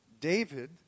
David